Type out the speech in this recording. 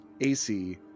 AC